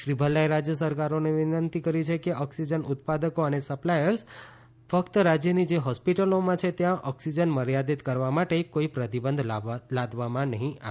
શ્રી ભલ્લાએ રાજ્ય સરકારોને વિનંતી કરી કે ઓક્સિજન ઉત્પાદકો અને સપ્લાયર્સ પર ફક્ત રાજ્યની જે હોસ્પિટલો છે ત્યાં ઓક્સિજન મર્યાદિત કરવા માટે કોઈ પ્રતિબંધ લાદવામાંનાં આવે